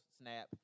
snap